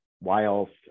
whilst